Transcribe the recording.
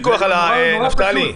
זה נורא פשוט.